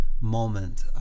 moment